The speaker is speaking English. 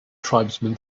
tribesman